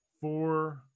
four